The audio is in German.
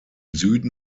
süden